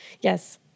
Yes